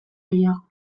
gehiago